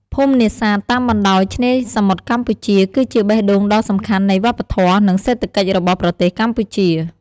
ភូមិនេសាទតាមបណ្តោយឆ្នេរសមុទ្រកម្ពុជា គឺជាបេះដូងដ៏សំខាន់នៃវប្បធម៌ និងសេដ្ឋកិច្ចរបស់ប្រទេសកម្ពុជា។